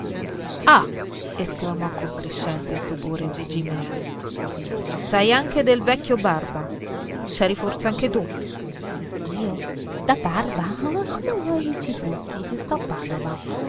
ah esclamò con crescente stupore gigi mear sai anche del vecchio barba c'eri forse anche tu io da barba come vuoi ci fossi se sto a padova